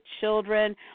children